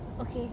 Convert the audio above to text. okay